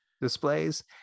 displays